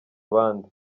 abandi